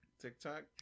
TikTok